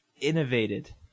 innovated